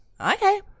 Okay